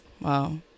Wow